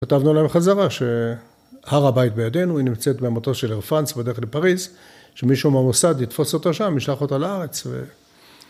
כותבנו להם חזרה שהר הבית בידינו, היא נמצאת במוטוס של אירפאנס בדרך לפריז, שמישהו מהמוסד יתפוס אותו שם, ישלח אותו לארץ ו...